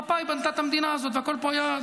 מפא"י בנתה את המדינה הזאת והכול פה היה,